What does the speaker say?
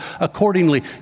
accordingly